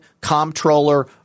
comptroller